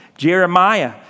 Jeremiah